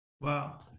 wow